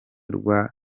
rwa